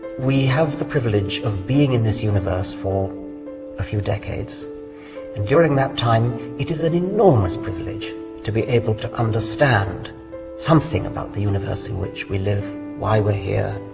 we have the privilege of being in this universe for a few decades and during that time it is an enormous privilege to be able to understand something about the universe in which we live why we're here